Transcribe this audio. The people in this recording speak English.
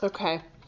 Okay